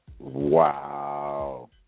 Wow